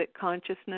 consciousness